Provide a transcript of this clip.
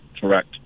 Correct